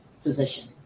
physician